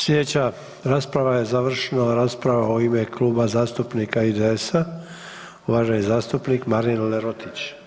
Slijedeća rasprava je završno rasprava u ime Kluba zastupnika IDS-a, uvaženi zastupnik Marin Lerotić.